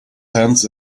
hands